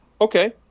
Okay